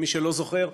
למי שלא זוכר,